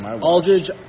Aldridge